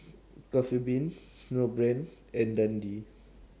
Coffee Bean Snowbrand and Dundee